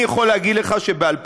אני יכול להגיד לך שב-2017,